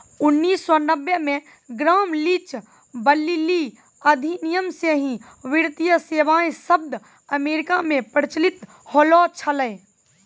उन्नीस सौ नब्बे मे ग्राम लीच ब्लीली अधिनियम से ही वित्तीय सेबाएँ शब्द अमेरिका मे प्रचलित होलो छलै